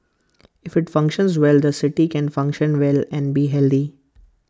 if IT functions well the city can function well and be